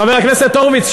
חבר הכנסת הורוביץ,